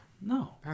No